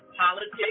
politics